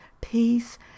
peace